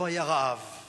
כינוס מרשים